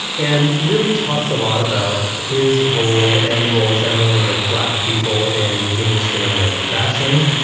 and really talks a lot about his role and the role generally of black people in mainstream american fashion.